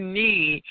need